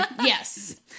Yes